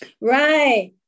Right